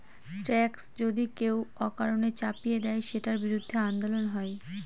tax যদি কেউ অকারণে চাপিয়ে দেয়, সেটার বিরুদ্ধে আন্দোলন হয়